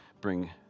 bring